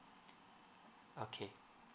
okay